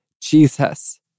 Jesus